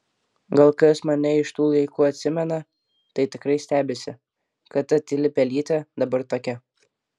gal kas mane iš tų laikų atsimena tai tikrai stebisi kad ta tyli pelytė dabar tokia